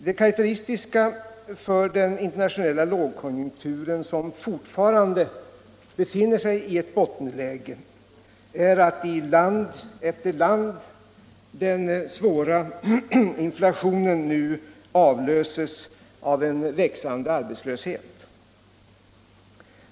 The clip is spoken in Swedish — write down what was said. Det karakteristiska för den internationella lågkonjunkturen, som fortfarande befinner sig i ett bottenläge, är att i land efter land den svåra inflationen nu avlöses av en växande arbetslöshet.